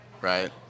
right